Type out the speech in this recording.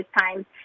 times